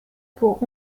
pour